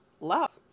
love